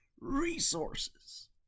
resources